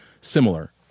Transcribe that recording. similar